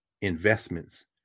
investments